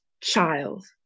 child